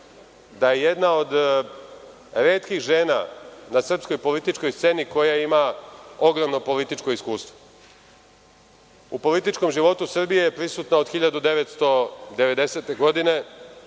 da je jedna od retkih žena na srpskoj političkoj sceni koja ima ogromno političko iskustvo. U političkom životu Srbije je prisutna od 1990. godine,